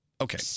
Okay